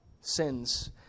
sins